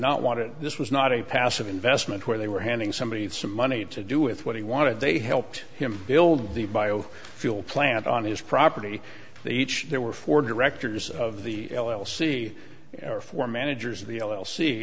not want it this was not a passive investment where they were handing somebody some money to do with what he wanted they helped him build the bio fuel plant on his property they each there were four directors of the l l c or four managers of the l l c